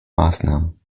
maßnahmen